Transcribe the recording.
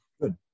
Good